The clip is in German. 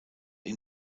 ihn